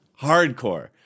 Hardcore